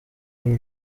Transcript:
uru